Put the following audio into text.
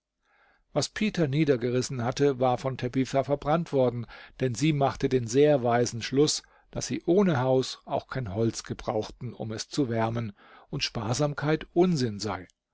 was peter niedergerissen hatte war von tabitha verbrannt worden denn sie machte den sehr weisen schluß daß sie ohne haus auch kein holz gebrauchten um es zu wärmen und sparsamkeit unsinn sei